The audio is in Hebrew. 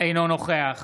אינו נוכח